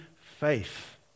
faith